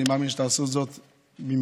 אני מאמין שתעשו זאת במהרה.